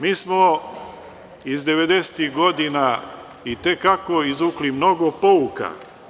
Mi smo iz 90-ih godina i te kako izvukli mnogo pouka.